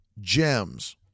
gems